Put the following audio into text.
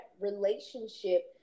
relationship